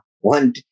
one